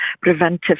preventive